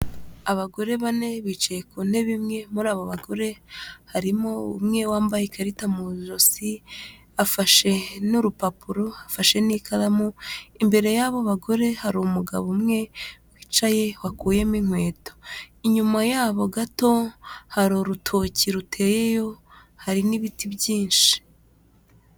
Abagore bane bicaye ku ntebe imwe, muri abo bagore harimo umwe wambaye ikarita mu josi afashe n'urupapuro afashe n'ikaramu, imbere yabo bagore hari umugabo umwe wicaye, wakuyemo inkweto. Inyuma yabo gato hari urutoki ruteyeyo, hari n'ibiti byinshi.